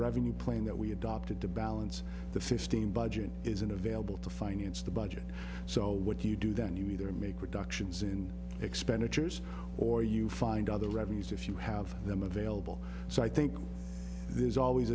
revenue plain that we adopted to balance the fifteen budget isn't available to finance the budget so what you do then you either make reductions in expenditures or you find other revenues if you have them available so i think there's always